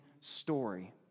story